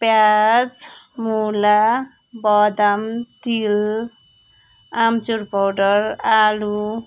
प्याज मुला बदाम तिल आमचुर पाउडर आलु